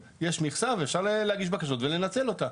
יש מכסה ואפשר להגיש בקשות ולנצל אותה.